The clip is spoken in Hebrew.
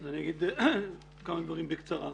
אני אומר כמה דברים בקצרה.